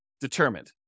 determined